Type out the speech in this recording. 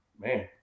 man